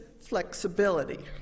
flexibility